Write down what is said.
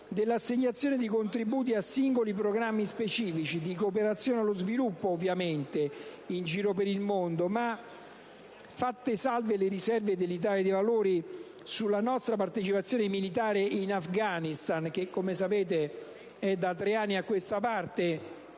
dell'assegnazione di contributi a singoli programmi specifici (di cooperazione allo sviluppo, ovviamente) in giro per il mondo. Sono note le riserve dell'Italia dei Valori sulla nostra partecipazione militare in Afghanistan. Come sapete, l'Italia dei Valori